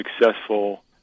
successful